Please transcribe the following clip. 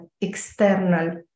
external